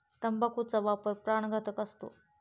तंबाखूचा वापर प्राणघातक असतो